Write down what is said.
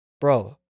Bro